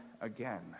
again